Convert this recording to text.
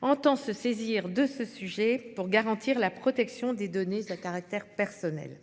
entend se saisir de ce sujet pour garantir la. Protection des données à caractère personnel.